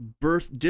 birth